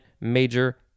Major